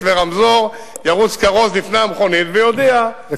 ורמזור ירוץ כרוז לפני המכונית ויודיע שיש שם רכבת?